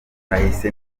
nahise